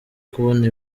kubona